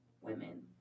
women